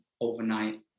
overnight